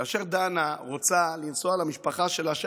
כאשר דנה רוצה לנסוע למשפחה שלה,